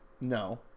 No